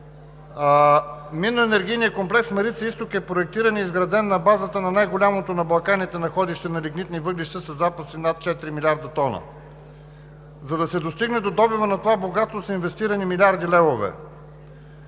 Минно-енергийният комплекс „Марица изток“ е проектиран и изграден на базата на най-голямото на Балканите находище на лигнитни въглища със запаси над четири милиарда тона. За да се достигне до добива на това богатство, са инвестирани милиарди левове